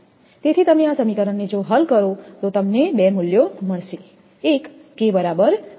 તેથી તમે આ સમીકરણ હલ કરો તમને બે મૂલ્યો મળશે એક K બરાબર 0